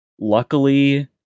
luckily